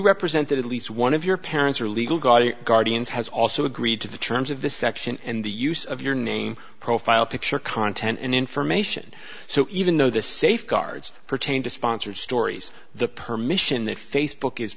represented at least one of your parents or legal guardian guardians has also agreed to the terms of the section and the use of your name profile picture content and information so even though the safeguards pertain to sponsored stories the permission that facebook is